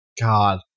God